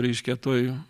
reiškia toj